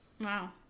Wow